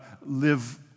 live